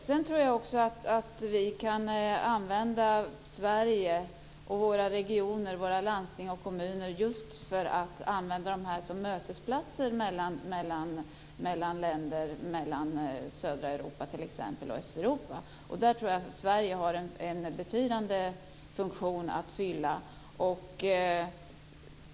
Jag tror att vi kan använda Sverige och våra regioner, våra landsting och kommuner just för mötesplatser mellan länder i t.ex. södra Europa och Östeuropa. Där tror jag att Sverige har en betydande funktion att fylla.